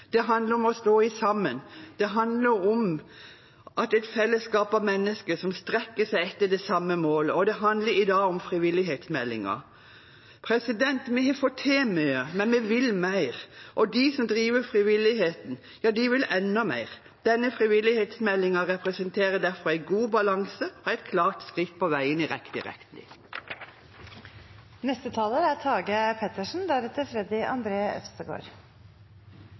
Det handler om å stå sammen. Det handler om et fellesskap av mennesker som strekker seg etter det samme målet, og det handler i dag om frivillighetsmeldingen. Vi har fått til mye, men vi vil mer – og de som driver frivilligheten, vil enda mer. Denne frivillighetsmeldingen representerer derfor en god balanse og er et klart skritt på veien i riktig retning. Det er